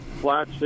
flat